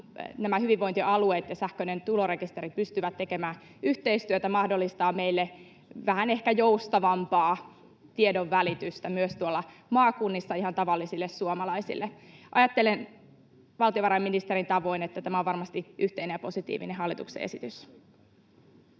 nämä hyvinvointialueet ja sähköinen tulorekisteri pystyvät tekemään yhteistyötä, mahdollistaa meille ehkä vähän joustavampaa tiedonvälitystä myös maakunnissa ihan tavallisille suomalaisille. Ajattelen valtiovarainministerin tavoin, että tämä on varmasti yhteinen ja positiivinen hallituksen esitys.